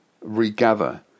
regather